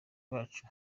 rwacu